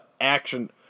action